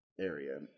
area